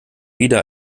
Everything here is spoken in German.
wieder